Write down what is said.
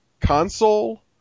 console